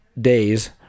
days